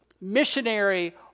missionary